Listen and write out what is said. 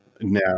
now